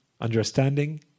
understanding